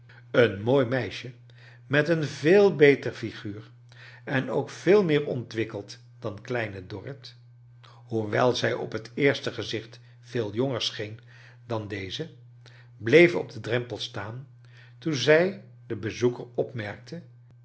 een mooi meisje met een veel beter figuur en ook veel meer ontwikkeld dan kleine dorrit hoewel zij op het eerste gezicht veel jonger scheen dan deze bleef op den drempel staan toen zij den bezoeker opmerkte